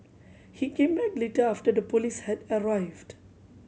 he came back later after the police had arrived